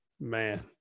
Man